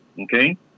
okay